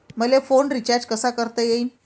मले phone recharge कसा करता येईन?